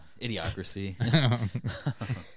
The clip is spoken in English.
idiocracy